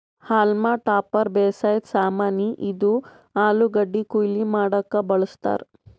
haulm topper ಬೇಸಾಯದ್ ಸಾಮಾನಿ, ಇದು ಆಲೂಗಡ್ಡಿ ಕೊಯ್ಲಿ ಮಾಡಕ್ಕ್ ಬಳಸ್ತಾರ್